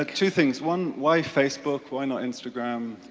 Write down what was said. ah two things. one, why facebook, why not instagram,